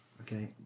Okay